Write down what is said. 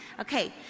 Okay